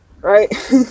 right